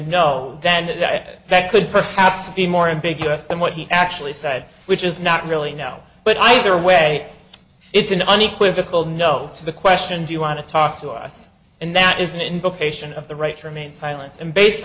then that that could perhaps be more ambiguous than what he actually said which is not really no but either way it's an unequivocal no to the question do you want to talk to us and that is an indication of the right to remain silent and based